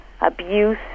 abuse